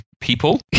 people